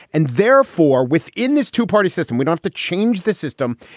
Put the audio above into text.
and therefore, within this two party system, we want to change the system.